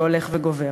שהולך וגובר.